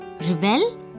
rebel